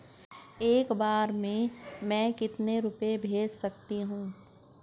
एक बार में मैं कितने रुपये भेज सकती हूँ?